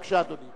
בבקשה, אדוני.